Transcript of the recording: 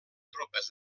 tropes